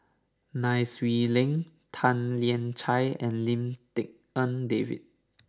Nai Swee Leng Tan Lian Chye and Lim Tik En David